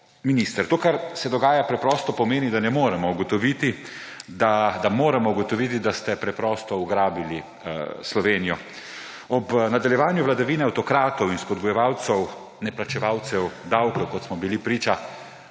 To, kar se dogaja preprosto pomeni, da moramo ugotoviti, da ste preprosto ugrabili Slovenijo. Ob nadaljevanju vladavine avtokratov in spodbujevalcev neplačevalcev davkov, kot smo bili priča